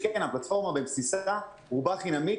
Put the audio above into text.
הפלטפורמה בבסיסה רובה חינמית.